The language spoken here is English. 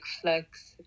flex